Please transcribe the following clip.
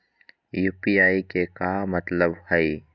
UPI के का मतलब हई?